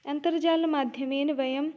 अन्तर्जालमाध्यमेन वयम्